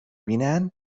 بینن